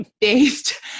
Based